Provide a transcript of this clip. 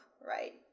right